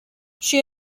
she